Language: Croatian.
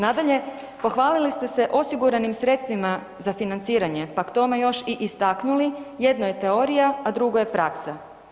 Nadalje, pohvalili ste se osiguranim sredstvima za financiranje pa k tome još i istaknuli, jedno je teorija, a drugo je praksa.